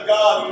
God